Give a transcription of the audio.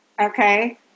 okay